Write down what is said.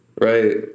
Right